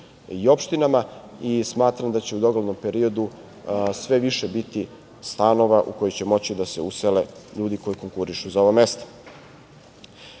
i opštinama i smatram da će u doglednom periodu sve više biti stanova, u koje će moći da se usele ljudi koji konkurišu za ova mesta. Kada